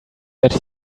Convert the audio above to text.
that